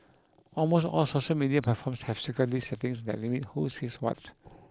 almost all social media platforms have security settings that limit who sees what